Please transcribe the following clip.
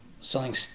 selling